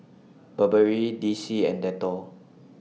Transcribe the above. Burberry D C and Dettol